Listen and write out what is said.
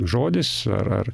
žodis ar ar